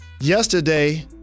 yesterday